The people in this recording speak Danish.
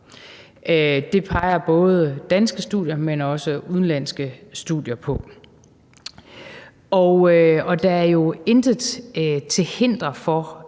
Det peger både danske studier, men også udenlandske studier på. Og der er jo intet til hinder for,